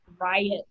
riot